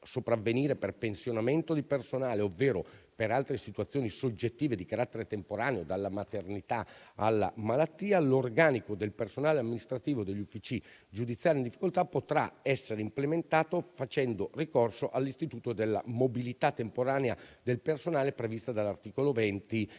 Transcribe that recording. per pensionamento di personale, ovvero per altre situazioni soggettive di carattere temporaneo (dalla maternità alla malattia), l'organico del personale amministrativo degli uffici giudiziari in difficoltà potrà essere implementato facendo ricorso all'istituto della mobilità temporanea del personale prevista dall'articolo 20